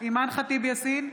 אימאן ח'טיב יאסין,